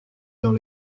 dans